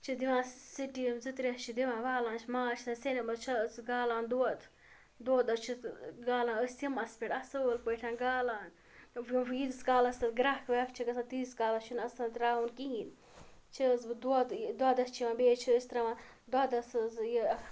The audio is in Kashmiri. چھِ دِوان سِٹیٖم زٕ ترٛےٚ چھِ دِوان والان چھِ مازچھُ آسان سیٚنومُت چھَس گالان دۄد دۄد حظ چھِ گالان أسۍ سِمَس پٮ۪ٹھ اَصۭل پٲٹھۍ گالان ییٖتِس کالَس حظ گرٛٮ۪کھ وٮ۪کھ چھِ گژھان تیٖتِس کالَس چھُنہٕ اَ آسان تراوُن کِہیٖنۍ چھ حظ وٕ دۄد دۄدَس چھِ یِوان بیٚیہِ حظ چھِ أسۍ تراوان دۄدَس حظ یہِ